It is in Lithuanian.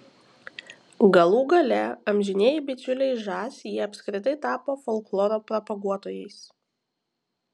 galų gale amžinieji bičiuliai žas jie apskritai tapo folkloro propaguotojais